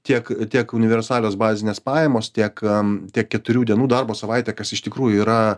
tiek tiek universalios bazinės pajamos tiek am tiek keturių dienų darbo savaitė kas iš tikrųjų yra